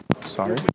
sorry